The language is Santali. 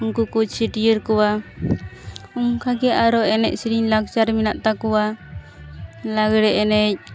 ᱩᱱᱠᱩᱠᱚ ᱪᱷᱟᱹᱴᱭᱟᱹᱨ ᱠᱩᱣᱟ ᱚᱱᱠᱟ ᱜᱮ ᱟᱨᱚ ᱮᱱᱮᱡ ᱥᱤᱨᱤᱧ ᱞᱟᱠᱪᱟᱨ ᱢᱮᱱᱟᱜ ᱛᱟᱠᱚᱣᱟ ᱞᱟᱜᱽᱲᱮ ᱮᱱᱮᱡ